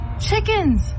Chickens